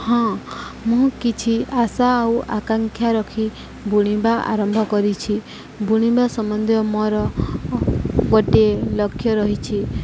ହଁ ମୁଁ କିଛି ଆଶା ଆଉ ଆକାଂକ୍ଷା ରଖି ବୁଣିବା ଆରମ୍ଭ କରିଛି ବୁଣିବା ସମ୍ବନ୍ଧୀୟ ମୋର ଗୋଟିଏ ଲକ୍ଷ୍ୟ ରହିଛି